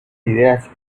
ideas